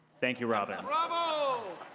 thank you, robin. bravo.